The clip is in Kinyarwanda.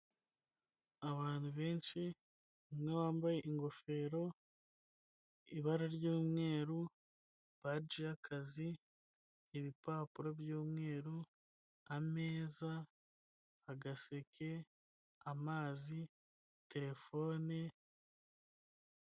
Abantu benshi umwe wambaye ingofero ibara ry'umweru, baji y'kazi ibipapuro by'umweru, ameza, agaseke, amazi, terefone.